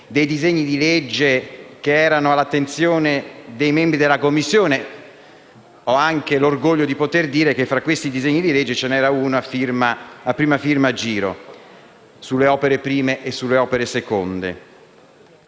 dei disegni di legge che erano all'attenzione dei membri della Commissione (ho anche l'orgoglio di poter dire che tra questi disegni di leggi ve ne era uno a prima firma Giro, sulle opere prime e sulle opere seconde).